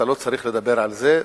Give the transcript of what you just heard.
אתה לא צריך לדבר על זה.